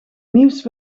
nieuws